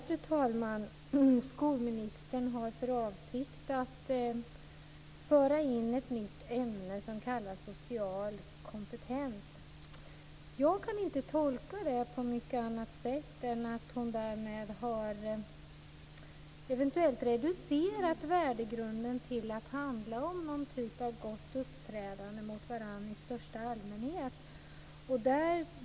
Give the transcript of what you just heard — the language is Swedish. Fru talman! Skolministern har för avsikt att införa ett nytt ämne som kallas social kompetens. Jag kan inte tolka det på annat sätt än att hon därmed har reducerat värdegrunden till att handla om någon typ av gott uppträdande mot varandra i största allmänhet.